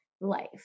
life